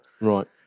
Right